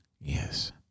Yes